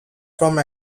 from